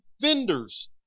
vendors